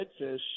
redfish